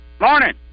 morning